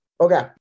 Okay